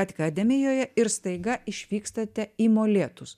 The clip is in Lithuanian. akademijoje ir staiga išvykstate į molėtus